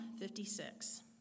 56